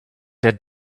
der